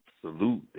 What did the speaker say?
Salute